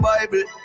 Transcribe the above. Bible